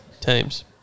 teams